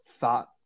thought